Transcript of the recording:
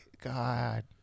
God